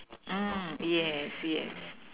um yes yes